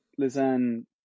Lizanne